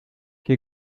que